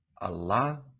Allah